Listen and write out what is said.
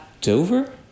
Dover